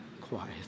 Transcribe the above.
quiet